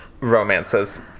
romances